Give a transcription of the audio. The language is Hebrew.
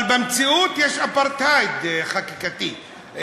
אבל במציאות יש אפרטהייד חקיקתי,